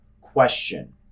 question